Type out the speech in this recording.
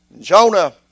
Jonah